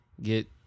get